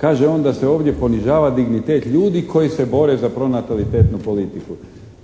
Kaže on da se ovdje ponižava dignitet ljudi koji se bore za pronatalitetnu politiku.